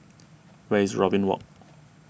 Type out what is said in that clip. where is Robin Walk